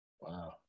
Wow